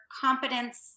competence